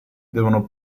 devono